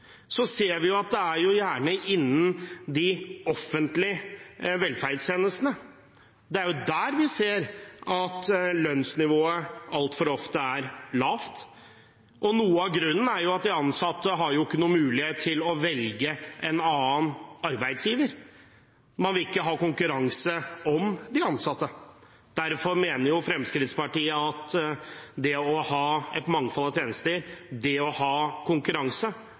ser vi at det gjerne er innen de offentlige velferdstjenestene lønnsnivået altfor ofte er lavt. Noe av grunnen er at de ansatte ikke har noen mulighet til å velge en annen arbeidsgiver. Man vil ikke ha konkurranse om de ansatte. Derfor mener Fremskrittspartiet at det å ha et mangfold av tjenester, det å ha konkurranse,